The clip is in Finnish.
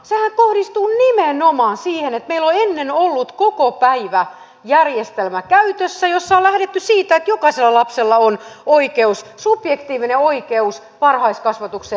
sehän kohdistuu nimenomaan siihen että meillä on ennen ollut käytössä kokopäiväjärjestelmä jossa on lähdetty siitä että jokaisella lapsella on oikeus subjektiivinen oikeus varhaiskasvatukseen